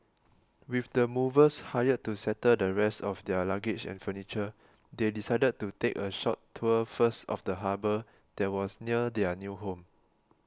with the movers hired to settle the rest of their luggage and furniture they decided to take a short tour first of the harbour that was near their new home